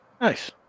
Nice